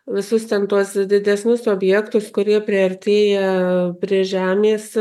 visus ten tuos didesnius objektus kurie priartėja prie žemės